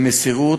במסירות,